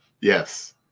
Yes